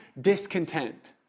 discontent